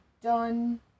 done